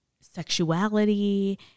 sexuality